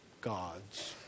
God's